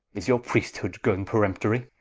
is your priest-hood growne peremptorie?